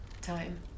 time